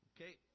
Okay